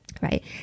right